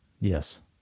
Yes